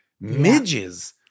Midges